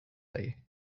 lay